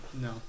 no